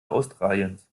australiens